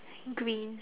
green